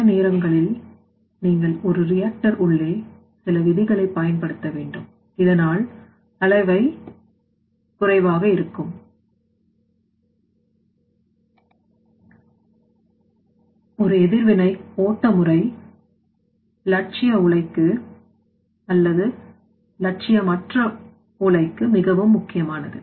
சில நேரங்களில் நீங்கள் ஒரு reactor உள்ளே சில விதிகளை பயன்படுத்த வேண்டும் இதனால் அளவை குறைவாக இருக்கும ஒரு எதிர்வினை ஓட்ட முறை லட்சிய உலைக்கு அல்லது லட்சிய மற்ற மிகவும் முக்கியமானது